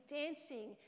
dancing